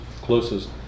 closest